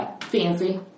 fancy